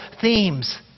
themes